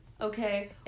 okay